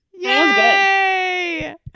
Yay